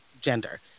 gender